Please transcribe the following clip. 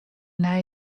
nij